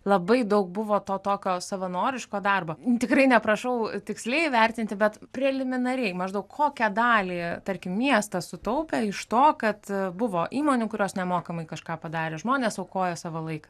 labai daug buvo to tokio savanoriško darbo tikrai neprašau tiksliai įvertinti bet preliminariai maždaug kokią dalį tarkim miestas sutaupė iš to kad buvo įmonių kurios nemokamai kažką padarė žmonės aukoja savo laiką